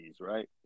right